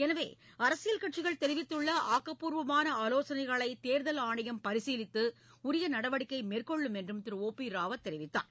எனவே அரசியல் கட்சிகள் தெரிவித்துள்ள ஆக்கப்பூர்வ ஆலோசனைகளை தேர்தல் ஆணையம் பரிசீலித்து உரிய நடவடிக்கை மேற்கொள்ளும் என்றும் திரு ஓ பி ராவத் தெரிவித்தார்